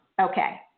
Okay